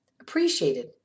appreciated